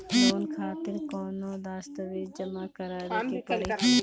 Loan खातिर कौनो दस्तावेज जमा करावे के पड़ी?